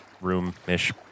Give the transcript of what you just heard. room-ish